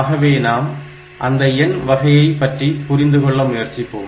ஆகவே நாம் அந்த எண் வகையைப் பற்றி புரிந்து கொள்ள முயற்சிப்போம்